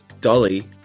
Dolly